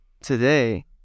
today